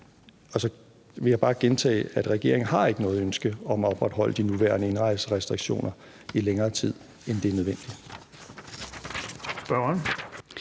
Så vil jeg bare gentage, at regeringen ikke har noget ønske om at opretholde de nuværende indrejserestriktioner i længere tid, end det er nødvendigt.